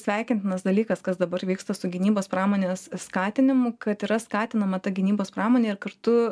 sveikintinas dalykas kas dabar vyksta su gynybos pramonės skatinimu kad yra skatinama ta gynybos pramonė ir kartu